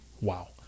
Wow